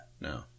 No